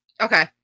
Okay